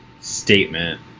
statement